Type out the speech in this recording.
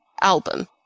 album